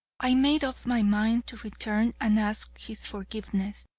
i made up my mind to return and ask his forgiveness,